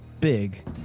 big